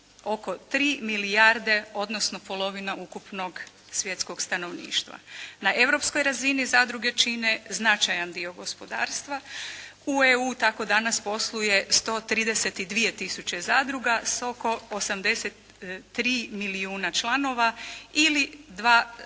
oko 3 milijarde odnosno polovina ukupnog svjetskog stanovništva. Na europskoj razini zadruge čine značajan dio gospodarstva. U EU tako danas posluje 132 tisuće zadruga s oko 83 milijuna članova i 2,3 milijuna